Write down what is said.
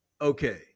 Okay